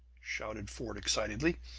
shouted fort excitedly.